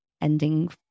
ending